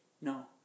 No